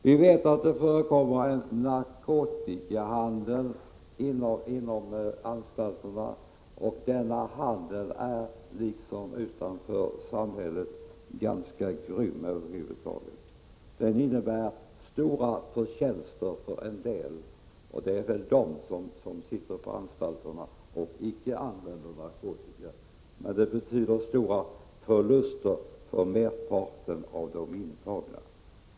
Vi vet att det förekommer narkotikahandel inom anstalterna, och denna handel är liksom den utanför i samhället ganska grym. Den innebär stora förtjänster för en del— exempelvis för de langare som sitter på anstalterna och inte använder narkotika. Men handeln betyder stora förluster för merparten av de intagna.